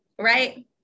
right